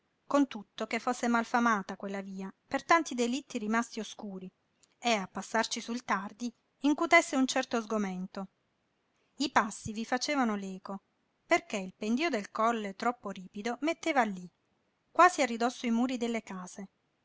con tutto che fosse malfamata quella via per tanti delitti rimasti oscuri e a passarci sul tardi incutesse un certo sgomento i passi vi facevano l'eco perché il pendio del colle troppo ripido metteva lí quasi a ridosso i muri delle case